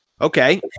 Okay